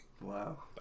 Wow